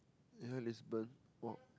yeah Lisbon !wow!